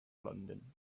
london